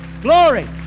Glory